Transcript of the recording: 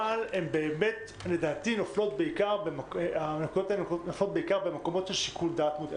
אבל לדעתי הן נופלות בעיקר במקומות של שיקול דעת מוטעה